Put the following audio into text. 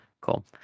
Cool